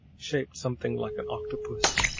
shaped something like an octopus,